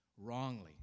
wrongly